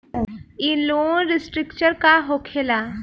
ई loan restructure का होखे ला?